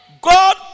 God